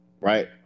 right